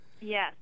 Yes